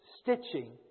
stitching